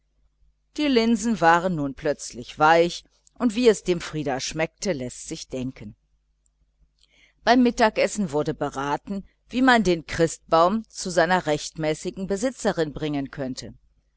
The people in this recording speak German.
die linsen waren nun plötzlich weich und wie es frieder schmeckte läßt sich denken beim mittagessen wurde beraten wie man den christbaum zu seiner rechtmäßigen besitzerin bringen könne